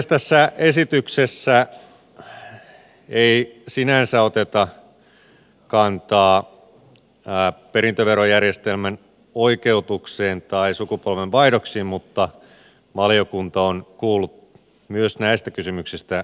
tässä esityksessä ei sinänsä oteta kantaa perintöverojärjestelmän oikeutukseen tai sukupolvenvaihdoksiin mutta valiokunta on kuullut myös näistä kysymyksistä asiantuntijoita